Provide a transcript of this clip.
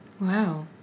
Wow